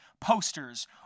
posters